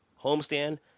homestand